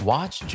Watch